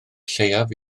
lleiaf